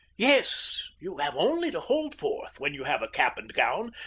yes you have only to hold forth when you have a cap and gown,